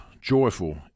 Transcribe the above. joyful